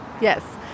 yes